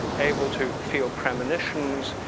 able to feel premonitions,